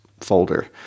folder